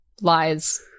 lies